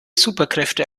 superkräfte